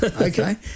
okay